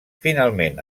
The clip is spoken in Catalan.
finalment